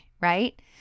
right